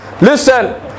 Listen